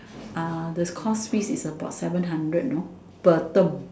the course fee is about seven hundred you know per term